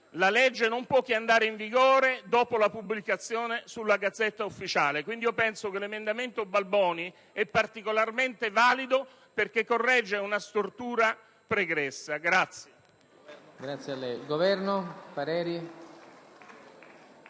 La legge non può che andare in vigore dopo la pubblicazione sulla Gazzetta Ufficiale. Quindi penso che l'emendamento Balboni sia particolarmente valido perché corregge una stortura pregressa. *(Applausi dal Gruppo